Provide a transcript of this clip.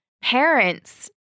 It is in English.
parents